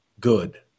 good